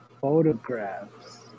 photographs